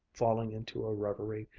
falling into a reverie,